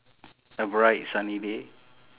a bright sunny day